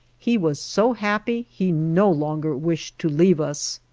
he was so happy he no longer wished to leave us.